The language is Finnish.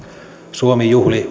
suomi juhli